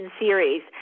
series